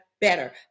better